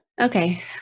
Okay